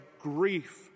grief